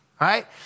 right